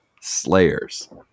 Slayers